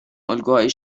الگوهای